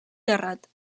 terrat